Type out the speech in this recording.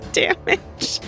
damage